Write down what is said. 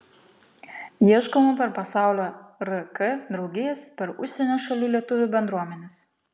ieškoma per pasaulio rk draugijas per užsienio šalių lietuvių bendruomenes